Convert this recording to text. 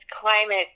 climate